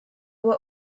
were